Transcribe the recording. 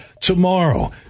tomorrow